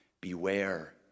Beware